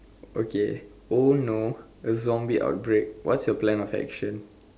okay oh no the zombie outbreak what's your plan of action